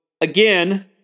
again